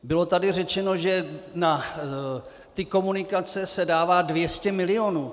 Bylo tady řečeno, že na komunikace se dává 200 milionů.